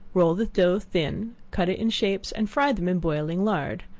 roll the dough thin cut it in shapes, and fry them in boiling lard.